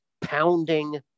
pounding